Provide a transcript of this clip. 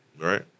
Right